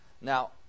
Now